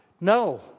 No